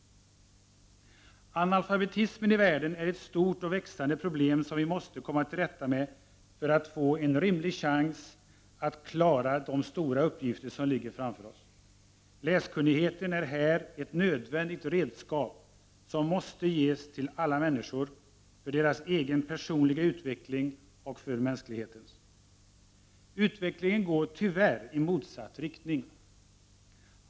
Analfabetismen i världen är ett stort och växande problem som vi måste komma till rätta med för att få en rimlig chans att klara de stora uppgifter som ligger framför oss. Läskunnigheten är här ett nödvändigt redskap som måste ges till alla människor, för deras egen personliga utveckling och för mänskligheten. Utvecklingen går tyvärr i motsatt riktning.